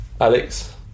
Alex